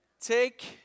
take